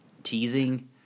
teasing